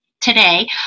today